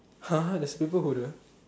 !huh! there's paper holder